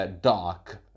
dark